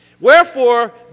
Wherefore